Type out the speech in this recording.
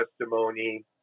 testimony